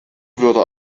würde